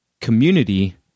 community